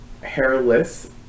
hairless